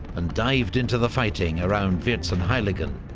and dived into the fighting around vierzehnheiligen,